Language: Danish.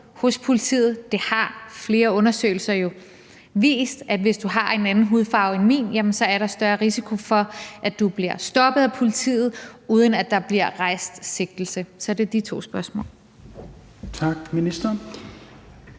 hos politiet. Det har flere undersøgelser jo vist: Hvis du har en anden hudfarve end min, er der større risiko for, at du bliver stoppet af politiet, uden at der bliver rejst sigtelse. Så det er de to spørgsmål.